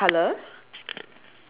then what else the blue the guy